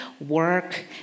work